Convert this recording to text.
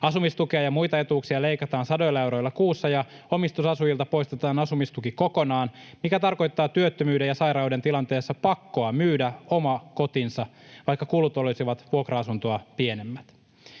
Asumistukea ja muita etuuksia leikataan sadoilla euroilla kuussa ja omistusasujilta poistetaan asumistuki kokonaan, mikä tarkoittaa työttömyyden ja sairauden tilanteessa pakkoa myydä oma kotinsa, vaikka kulut olisivat vuokra-asuntoa pienemmät.